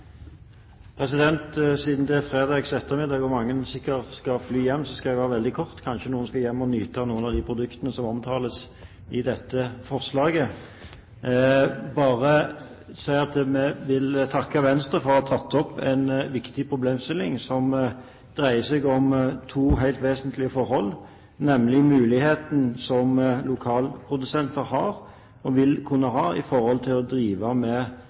fredag ettermiddag, og mange sikkert skal ha flyet hjem, skal jeg være veldig kort. Kanskje noen skal hjem og nyte noen av de produktene som omtales i dette forslaget. Jeg vil bare si at vi vil takke Venstre for å ha tatt opp en viktig problemstilling som dreier seg om to helt vesentlige forhold, nemlig for det første den muligheten som lokalprodusenter har, og vil kunne ha, til å kunne drive med